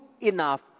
enough